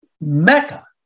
mecca